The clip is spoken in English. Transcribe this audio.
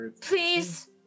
Please